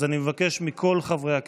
אז אני מבקש מכל חברי הכנסת,